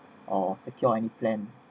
or secure any plan